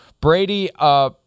Brady